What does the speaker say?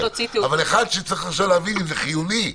אבל אחד שצריך עכשיו להבין אם הוא חיוני,